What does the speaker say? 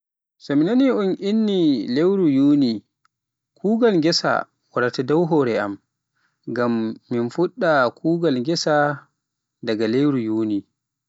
So mi nani un inni ni lewru yuni, kuugal ghessa wara dow hore am, ngam min fuɗɗa kuugal ghessa daga lewru yuni.